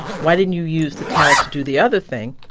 why didn't you use the talent to do the other thing?